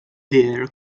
deer